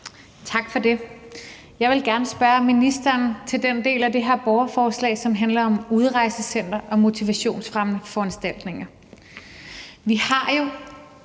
Tak for det. Jeg vil gerne spørge ministeren til den del af det her borgerforslag, som handler om udrejsecentre og motivationsfremmende foranstaltninger.